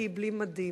כי היא בלי מדים.